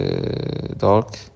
dark